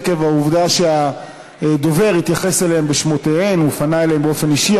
עקב העובדה שהדובר התייחס אליהן בשמותיהן ופנה אליהן באופן אישי,